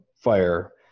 fire